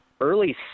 early